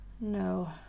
No